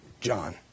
John